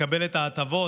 לקבל את ההטבות,